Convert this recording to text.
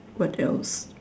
what else